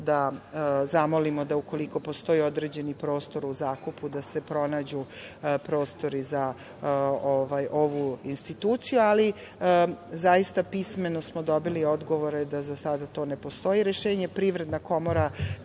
da zamolimo da, ukoliko postoji određeni prostor u zakupu, se pronađe prostor i za ovu instituciju, ali zaista pismeno smo dobili odgovor da za sada ne postoji rešenje. Privredna komora